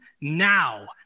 now